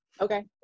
okay